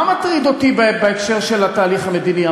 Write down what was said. מה מטריד אותי בהקשר של התהליך המדיני?